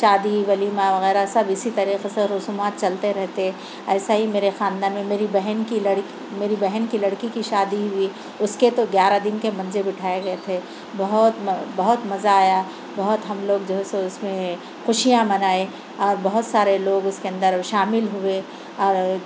شادی ولیمہ وغیرہ سب اسی طریقہ سے رسومات چلتے رہتے ایسا ہی میرے خاندان میں میری بہن کی لڑکی مری بہن کی لڑکی کی شادی ہوئی اس کے تو گیارہ دن کے منجے بٹھائے گئے تھے بہت م بہت مزہ آیا بہت ہم لوگ جو ہے سو اس میں خوشیاں منائے اور بہت سارے لوگ اس کے اندر شامل ہوئے اور